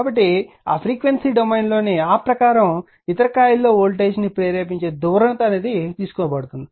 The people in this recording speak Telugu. కాబట్టి ఆ ఫ్రీక్వెన్సీ డొమైన్లోని ఆ ప్రకారం ఇతర కాయిల్లో వోల్టేజ్ను ప్రేరేపించే ధ్రువణత తీసుకోబడుతుంది